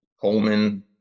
Coleman